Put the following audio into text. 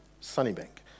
Sunnybank